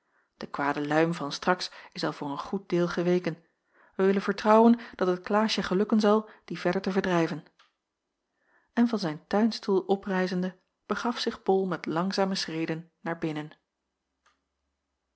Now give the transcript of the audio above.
de kwade luim van straks is al voor een goed deel geweken wij willen vertrouwen dat het klaasje gelukken zal dien verder te verdrijven en van zijn tuinstoel oprijzende begaf zich bol met langzame schreden naar binnen